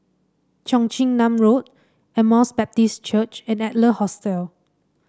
Cheong Chin Nam Road Emmaus Baptist Church and Adler Hostel